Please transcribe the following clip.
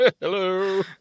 Hello